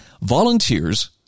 volunteers